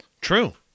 True